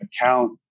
account